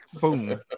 Boom